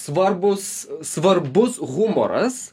svarbūs svarbus humoras